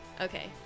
Okay